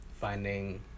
finding